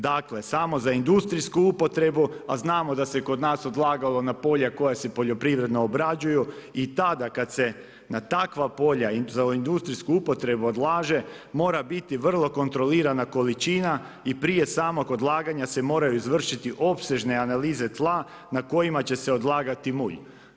Dakle, samo za industrijsku upotrebu, a znamo da se kod nas odlagalo na polje, koje se poljoprivredno obrađuju i tada, kad se na takva polja za industrijsku upotrebu odlaže, mora biti vrlo kontrolirana količina i prije samog odlaganja se moraju izvršiti opsežne analize tla na kojima će se odlagati mulj.